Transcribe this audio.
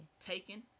Taken